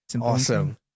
Awesome